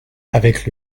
avec